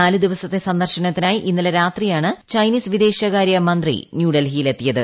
നാല് ദിവസത്തെ സന്ദർശനത്തിനായി ഇന്നില്ല രാത്രിയാണ് ചൈനീസ് വിദേശകാര്യ മന്ത്രി ന്യൂഡൽഹിയിലെത്തിയത്